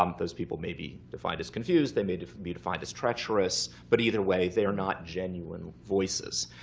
um those people may be defined as confused. they may be defined as treacherous. but either way, they are not genuine voices.